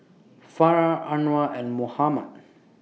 Farah Anuar and Muhammad